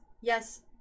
yes